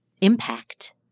impact